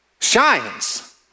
shines